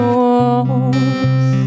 walls